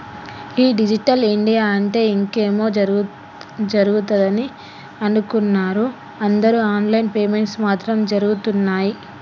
ఈ digital India అంటే ఇంకేమో జరుగుతదని అనుకున్నరు అందరు ఆన్ లైన్ పేమెంట్స్ మాత్రం జరగుతున్నయ్యి